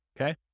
Okay